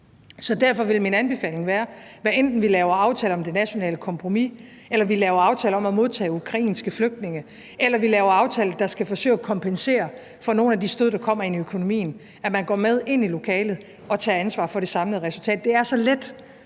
Så derfor vil min anbefaling være, at hvad enten vi laver aftaler om det nationale kompromis eller laver aftaler om at modtage ukrainske flygtninge, eller vi laver aftaler, der skal forsøge at kompensere for nogle af de stød, der kommer i økonomien, så går man med ind i lokalet og tager ansvar for det samlede resultat. Det er så let